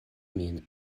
min